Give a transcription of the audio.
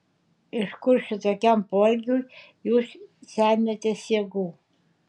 iš kur šitokiam poelgiui jūs semiatės jėgų